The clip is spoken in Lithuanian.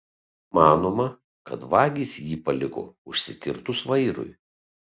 manoma kad vagys jį paliko užsikirtus vairui